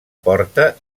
porta